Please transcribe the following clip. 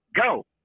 Go